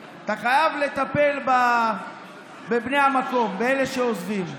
אתה חייב לטפל בבני המקום, באלה שעוזבים.